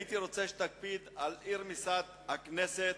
הייתי רוצה שתקפיד על אי-רמיסת הכנסת,